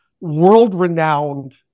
world-renowned